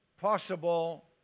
possible